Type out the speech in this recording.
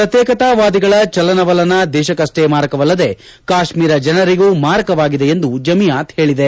ಪ್ರಕ್ಶೇತಾವಾದಿಗಳ ಚಲನವಲನ ದೇಶಕಷ್ಟೇ ಮಾರಕವಲ್ಲದೆ ಕಾಶ್ಮೀರ ಜನರಿಗೂ ಮಾರಕವಾಗಿದೆ ಎಂದು ಜಮಿಯಾತ್ ಹೇಳಿದೆ